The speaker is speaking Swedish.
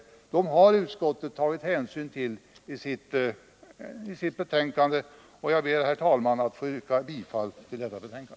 Utskottet har emellertid tagit hänsyn till de gjorda erinringarna i sitt betänkande. Herr talman! Jag ber att få yrka bifall till utskottets hemställan.